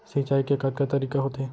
सिंचाई के कतका तरीक़ा होथे?